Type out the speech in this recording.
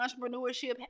entrepreneurship